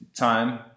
Time